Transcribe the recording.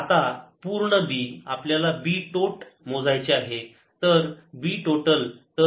आता पूर्ण B आपल्याला B टोट मोजायचे आहे तर B टोटल